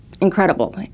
incredible